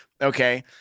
Okay